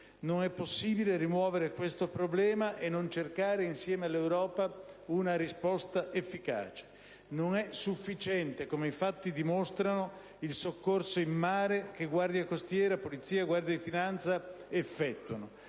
Non è possibile rimuovere questo problema e non cercare, insieme all'Europa, una risposta efficace. Non è sufficiente, come i fatti dimostrano, il soccorso in mare che Guardia costiera, Polizia e Guardia di finanza effettuano.